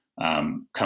Come